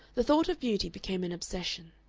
the thought of beauty became an obsession.